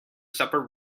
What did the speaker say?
supper